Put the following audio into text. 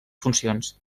funcions